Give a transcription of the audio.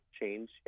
change